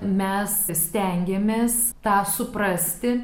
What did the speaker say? mes stengiamės tą suprasti